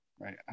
Right